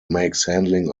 handling